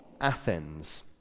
Athens